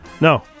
No